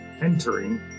entering